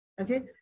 okay